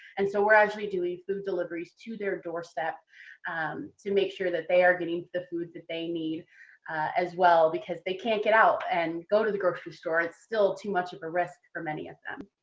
and so we're actually doing food deliveries to their doorstep um to make sure that they are getting the foods that they need as well, because they can't get out and go to the grocery store. it's still too much of a risk for many of them.